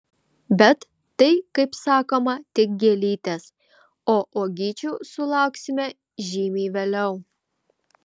bet tai kaip sakoma tik gėlytės o uogyčių sulauksime žymiai vėliau